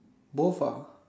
both ah